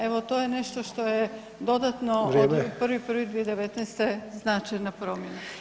Evo to je nešto što je dodatno [[Upadica: Vrijeme]] od 1.1.2019. značajna promjena.